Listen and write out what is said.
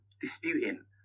disputing